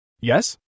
Yes